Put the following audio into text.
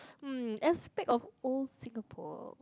uh aspect of old Singapore